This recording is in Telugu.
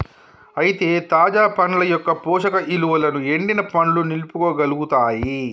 అయితే తాజా పండ్ల యొక్క పోషక ఇలువలను ఎండిన పండ్లు నిలుపుకోగలుగుతాయి